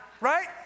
right